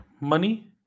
money